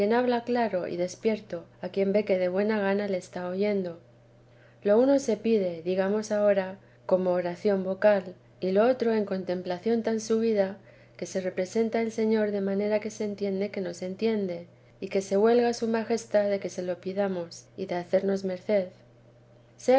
habla claro y despierto a quien ve que de buena gana le está oyendo l uno se pide digamos ahora como oración vocal y lo otro en contemplación tan subida que se representa el señor de manera que se entiende que nos entiende y que se huelga su majestad de que se lo pidamos y de hacernos merced sea